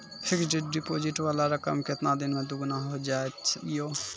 Fixed deposit वाला रकम केतना दिन मे दुगूना हो जाएत यो?